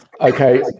Okay